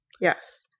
Yes